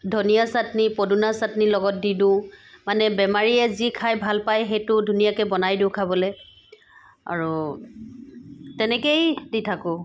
ধনীয়া চাটনি পদিনা চাটনি লগত দি দিওঁ মানে বেমাৰীয়ে যি খাই ভাল পাই সেইটো ধুনীয়াকৈ বনাই দিওঁ খাবলৈ আৰু তেনেকৈয়ে দি থাকোঁ